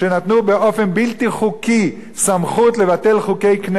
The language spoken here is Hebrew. באופן בלתי חוקי סמכות לבטל חוקי כנסת.